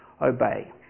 obey